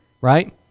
right